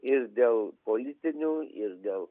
ir dėl politinių ir dėl